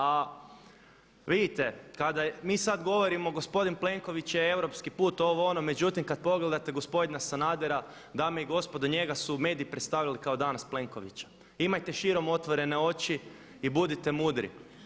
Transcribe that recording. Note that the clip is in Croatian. A vidite kada mi sada govorimo gospodin Plenković je europski put ovo ono, međutim kada pogledate gospodina Sanadera, dame i gospodo, njega su mediji predstavili kao danas Plenkovića, imajte širom otvorene oči i budite mudri.